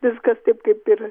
viskas taip kaip ir